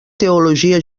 teologia